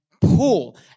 pull